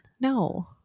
No